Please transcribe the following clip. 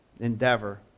endeavor